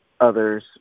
others